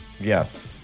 Yes